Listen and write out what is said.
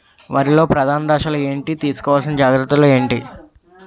వరిలో ప్రధాన దశలు ఏంటి? తీసుకోవాల్సిన జాగ్రత్తలు ఏంటి?